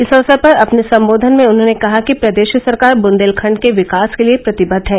इस अवसर पर अपने सम्बोधन में उन्होंने कहा कि प्रदेश सरकार बुन्देलखण्ड के विकास के लिये प्रतिबद्ध है